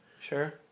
Sure